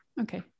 Okay